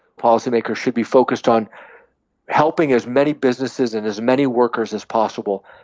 policymakers should be focused on helping as many businesses and as many workers as possible,